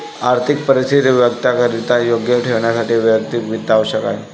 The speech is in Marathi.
आर्थिक परिस्थिती वैयक्तिकरित्या योग्य ठेवण्यासाठी वैयक्तिक वित्त आवश्यक आहे